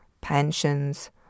pensions